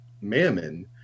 mammon